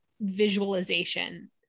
visualization